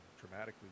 dramatically